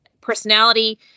personality